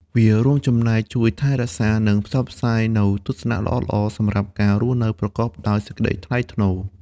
វារួមចំណែកជួយថែរក្សា និងផ្សព្វផ្សាយនូវទស្សនៈល្អៗសម្រាប់ការរស់នៅប្រកបដោយសេចក្តីថ្លៃថ្នូរ។